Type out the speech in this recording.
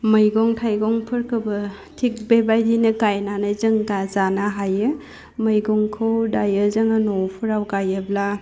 मैगं थाइगंफोरखौबो थिग बेबायदिनो गायनानै जों गा जानो हायो मैगंखौ दायो जोङो न'फ्राव गायोब्ल